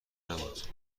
نبود